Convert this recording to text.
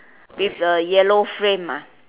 with a yellow frame ah